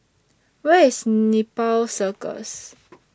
Where IS Nepal Circus